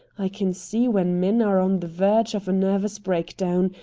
i can see when men are on the verge of a nervous breakdown,